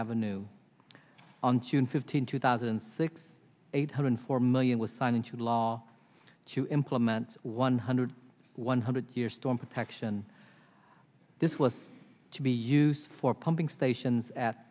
avenue on june fifteenth two thousand and six eight hundred four million was signed into law to implement one hundred one hundred year storm protection this was to be used for pumping stations at